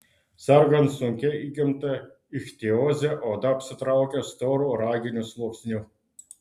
sergant sunkia įgimta ichtioze oda apsitraukia storu raginiu sluoksniu